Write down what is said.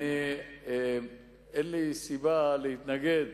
אין לי סיבה להתנגד